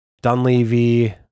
dunleavy